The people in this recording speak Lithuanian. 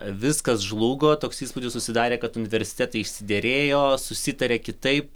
viskas žlugo toks įspūdis susidarė kad universitetai išsiderėjo susitarė kitaip